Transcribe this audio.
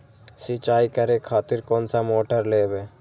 सीचाई करें खातिर कोन सा मोटर लेबे?